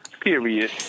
Period